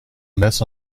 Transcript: mess